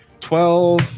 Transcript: twelve